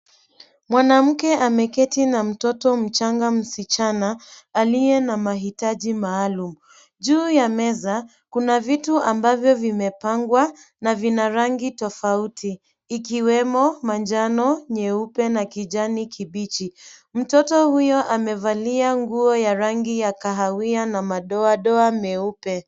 Mwanamke ameketi na mtoto mchanga msichana aliye na mahitaji maalum. Juu ya meza kuna vitu ambavyo vimepangwa na vina rangi tofauti ikiwemo manjano, nyeupe na kijani kibichi. Mtoto huyo amevalia nguo ya rangi ya kahawia na madoadoa meupe.